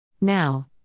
Now